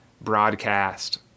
broadcast